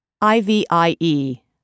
IVIE